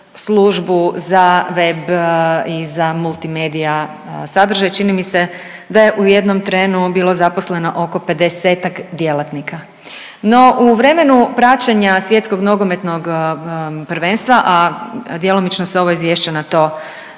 Službu za web i za multimedija sadržaj čini mi se da je u jednom trenu bilo zaposleno oko 50-ak djelatnika. No u vremenu praćenja Svjetskog nogometnog prvenstva, a djelomično se ovo izvješće na to